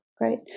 Great